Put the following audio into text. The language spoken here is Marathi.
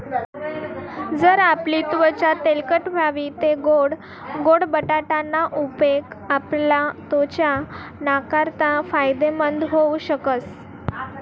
जर आपली त्वचा तेलकट व्हयी तै गोड बटाटा ना उपेग आपला त्वचा नाकारता फायदेमंद व्हऊ शकस